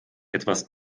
etwas